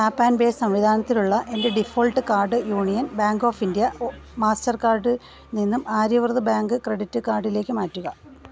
tap and pay സംവിധാനത്തിലുള്ള എൻ്റെ default card Union Bank of India master കാർഡിൽ നിന്നും ആര്യവ്രത് ബാങ്ക് ക്രെഡിറ്റ് കാർഡിലേക്കു മാറ്റുക